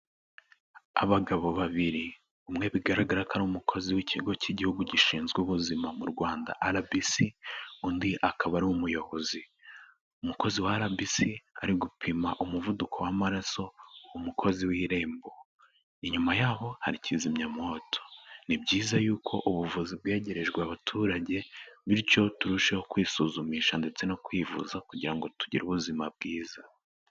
Abagabo babiri, umwe bigaragara ko ari umukozi w'ikigo cy'igihugu gishinzwe ubuzima mu Rwanda RBC, undi akaba ari umuyobozi, umukozi wa RBC ari gupima umuvuduko w'amaraso umukozi w'Irembo, inyuma yaho hari kizimyamwoto, ni byiza yuko ubuvuzi bwegerejwe abaturage, bityo turusheho kwisuzumisha ndetse no kwivuza kugira ngo tugire ubuzima bwiza.